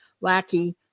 Lackey